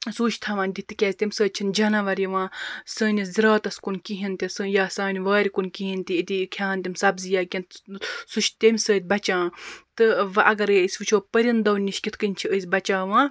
سُے چھِ تھاوان دِتھ تکیازِ تمہِ سۭتۍ جاناوار یِوان سٲنِس سٲنِس زِراعتَس کُن کِہیٖنۍ تہِ یا سانہِ وارِ کُن کِہیٖنۍ تہِ أتی کھیٚہَن تِم سَبزی یا کینٛہہ سُہ چھُ تمہِ سۭتۍ بَچان تہٕ وۄنۍ اَگَر أسۍ وٕچھو پٔرِندو نِش کِتھ کنۍ چھِ أسۍ بَچاوان